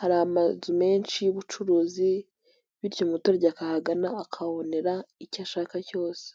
hari amazu menshi y'ubucuruzi bityo umuturage akahagana akabonera icyo ashaka cyose.